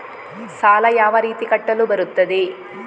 ಸಾಲ ಯಾವ ರೀತಿ ಕಟ್ಟಲು ಬರುತ್ತದೆ?